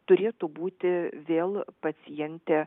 turėtų būti vėl pacientė